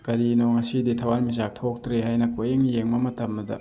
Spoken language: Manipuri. ꯀꯔꯤꯅꯣ ꯉꯁꯤꯗꯤ ꯊꯋꯥꯟꯃꯤꯆꯥꯛ ꯊꯣꯛꯇ꯭ꯔꯦ ꯍꯥꯏꯅ ꯀꯣꯌꯦꯡ ꯌꯦꯡꯕ ꯃꯇꯝꯗ